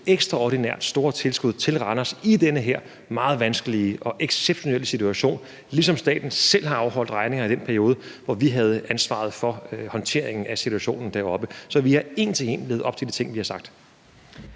ekstraordinært store tilskud til Randers i denne her meget vanskelige og exceptionelle situation, ligesom staten selv har afholdt udgifter i den periode, hvor vi havde ansvaret for håndteringen af situationen deroppe. Så vi har en til en levet op til de ting, vi har sagt.